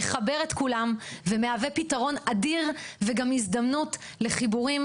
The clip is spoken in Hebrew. מחבר את כולם ומהווה פתרון אדיר וגם הזדמנות לחיבורים